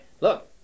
Look